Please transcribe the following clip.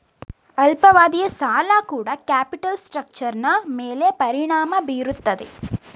ಅಲ್ಪಾವಧಿಯ ಸಾಲ ಕೂಡ ಕ್ಯಾಪಿಟಲ್ ಸ್ಟ್ರಕ್ಟರ್ನ ಮೇಲೆ ಪರಿಣಾಮ ಬೀರುತ್ತದೆ